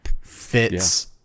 fits